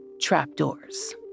trapdoors